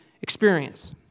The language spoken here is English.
experience